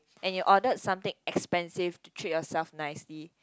and you ordered something expensive to treat yourself nicely